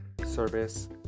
service